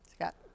Scott